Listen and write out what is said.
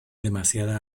demasiada